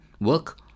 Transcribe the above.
work